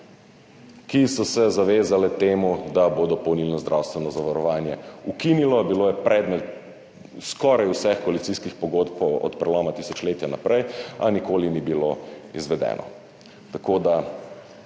ki so se zavezale temu, da se bo dopolnilno zdravstveno zavarovanje ukinilo. Bilo je predmet skoraj vseh koalicijskih pogodb od preloma tisočletja naprej, a nikoli ni bilo izvedeno. Kar se